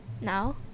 Now